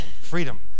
freedom